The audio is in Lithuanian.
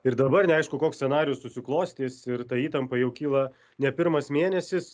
ir dabar neaišku koks scenarijus susiklostys ir ta įtampa jau kyla ne pirmas mėnesis